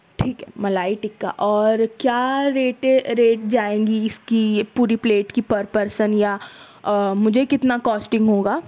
ٹھیک ہے ملائی تکہ اور کیا ریٹے ریٹ جائیں گی اس کی پوری پلیٹ کی پر پرسن یا مجھے کتنا کاسٹنگ ہوگا